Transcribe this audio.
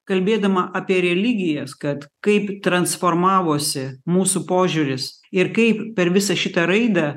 kalbėdama apie religijas kad kaip transformavosi mūsų požiūris ir kaip per visą šitą raidą